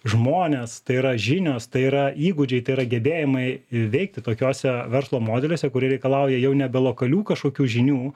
žmonės tai yra žinios tai yra įgūdžiai tai yra gebėjimai veikti tokiose verslo modeliuose kurie reikalauja jau nebe lokalių kažkokių žinių